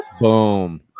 boom